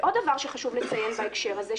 ועוד דבר שחשוב לציין בהקשר הזה,